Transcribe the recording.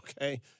okay